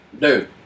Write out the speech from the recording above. dude